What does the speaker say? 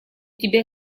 тебя